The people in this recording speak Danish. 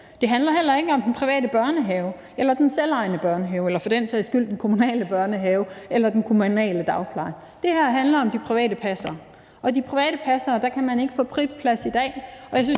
børnehave eller for den sags skyld den kommunale børnehave eller den kommunale dagpleje. Det her handler om de private passere, og hos de private passere kan man ikke få friplads i dag,